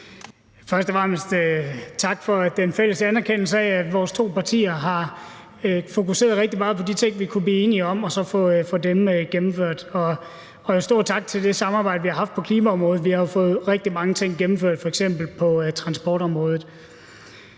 Først og fremmest vil jeg sige tak for anerkendelsen af, at vores to partier har fokuseret rigtig meget på de ting, vi kunne blive enige om, og så fået dem gennemført. Og en stor tak for det samarbejde, vi har haft på klimaområdet. Vi har jo fået gennemført rigtig mange ting f.eks. på transportområdet.